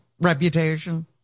reputation